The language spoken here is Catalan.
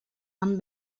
amb